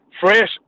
fresh